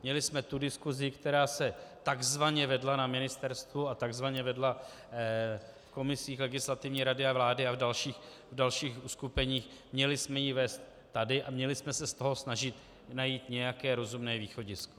Měli jsme tu diskusi, která se takzvaně vedla na ministerstvu a takzvaně vedla v komisích Legislativní rady vlády a dalších uskupeních, vést tady a měli jsme se z toho snažit najít nějaké rozumné východisko.